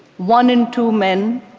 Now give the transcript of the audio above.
one in two men